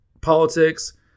politics